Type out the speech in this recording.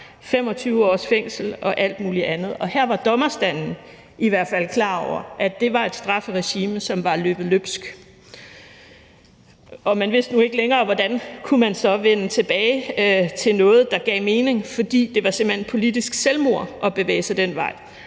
25 års fængsel og alt muligt andet. Og her var dommerstanden i hvert fald klar over, at det var et strafferegime, som var løbet løbsk, og man vidste nu ikke længere, hvordan man så kunne vende tilbage til noget, der gav mening, fordi det simpelt hen var politisk selvmord at bevæge sig den vej.